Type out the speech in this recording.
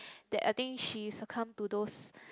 that I think she succumb to those